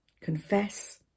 confess